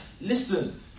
listen